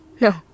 No